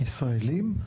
ישראליים?